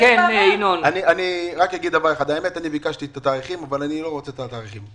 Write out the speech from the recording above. אני ביקשתי את התאריכים אבל אני לא רוצה את התאריכים.